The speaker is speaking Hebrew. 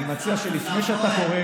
אני מציע שלפני שאתה קורא